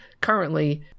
currently